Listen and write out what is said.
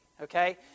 Okay